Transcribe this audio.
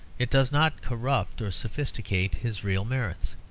it does not corrupt or sophisticate his real merits.